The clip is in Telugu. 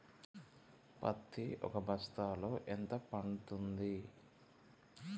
పత్తి ఒక బస్తాలో ఎంత పడ్తుంది?